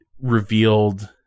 revealed